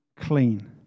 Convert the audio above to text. clean